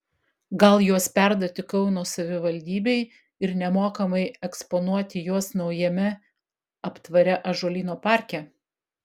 gal juos perduoti kauno savivaldybei ir nemokamai eksponuoti juos naujame aptvare ąžuolyno parke